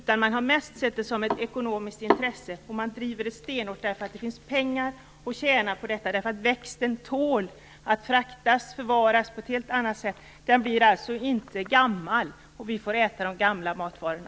Man har mest sett det som ett ekonomiskt intresse, och man driver det stenhårt därför att det finns pengar att tjäna. Växten tål nämligen att fraktas och förvaras på ett helt annat sätt. Den blir alltså inte gammal, och vi får äta de gamla matvarorna.